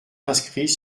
inscrits